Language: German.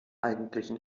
eigentlichen